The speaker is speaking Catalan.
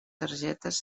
targetes